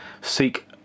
seek